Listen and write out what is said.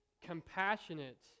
compassionate